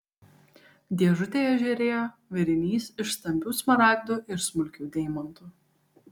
dėžutėje žėrėjo vėrinys iš stambių smaragdų ir smulkių deimantų